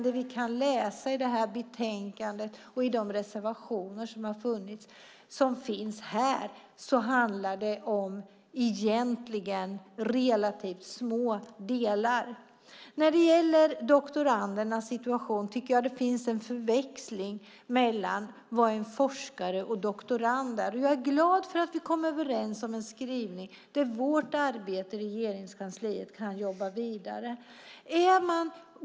Det vi kan läsa i betänkandet och i de reservationer som finns till betänkandet är att det egentligen handlar om relativt små delar. När det gäller doktorandernas situation finns det en förväxling mellan vad en forskare och en doktorand är. Jag är glad att vi kommit överens om en skrivning där Regeringskansliet kan jobba vidare med vårt arbete.